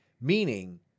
Meaning